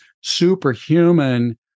superhuman